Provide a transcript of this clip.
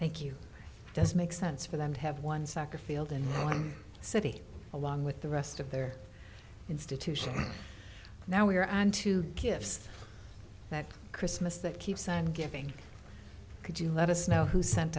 thank you does make sense for them to have one sack of field in one city along with the rest of their institutions now we're onto gifts that christmas that keeps on giving could you let us know who sent